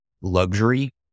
luxury